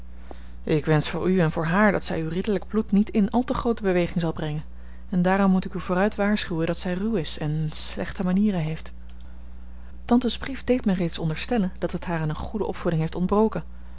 ik wensch voor u en voor haar dat zij uw ridderlijk bloed niet in al te groote beweging zal brengen en daarom moet ik u vooruit waarschuwen dat zij ruw is en slechte manieren heeft tantes brief deed mij reeds onderstellen dat het haar aan eene goede opvoeding heeft